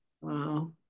Wow